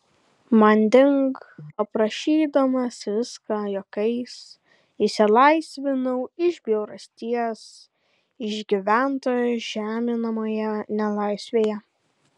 manding aprašydamas viską juokais išsilaisvinau iš bjaurasties išgyventos žeminamoje nelaisvėje